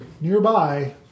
nearby